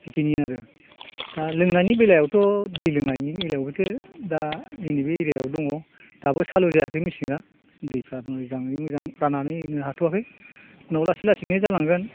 बेखिनि आरो दा लोंनायनि बेलायावथ' दै लोंनायनि बेलायावबोथ' दा जोंनि बे एरियायाव दङ दाबो सालु जायाखै मेचिना दैफ्राबो मोजाङै मोजां राननानै होनो हाथ'वाखै उनाव लासै लासैनो जालांगोन